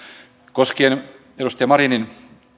koskien edustaja marinin